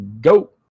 Go